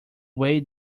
way